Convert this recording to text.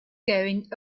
going